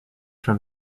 from